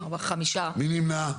מי נמנע?